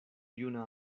juna